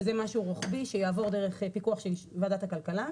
שזה משהו רוחבי שיעבור דרך פיקוח של ועדת הכלכלה.